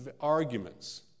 arguments